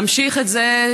להמשיך את זה,